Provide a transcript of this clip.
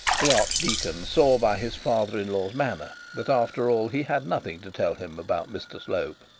the archdeacon saw by his father-in-law's manner that after all he had nothing to tell him about mr slope.